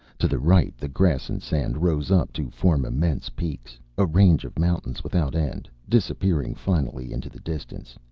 to the right the grass and sand rose up to form immense peaks, a range of mountains without end, disappearing finally into the distance.